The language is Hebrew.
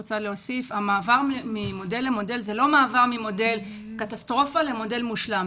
המעבר ממודל למודל זה לא מעבר ממודל קטסטרופה למודל מושלם.